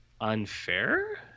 unfair